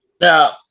Now